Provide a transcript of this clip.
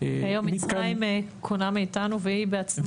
--- היום מצרים קונה מאיתנו והיא בעצמה